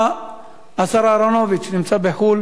השר אהרונוביץ, נמצא בחו"ל